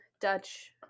dutch